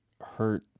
hurt